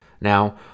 Now